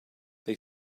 they